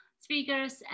speakers